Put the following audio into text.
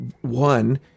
one